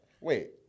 Wait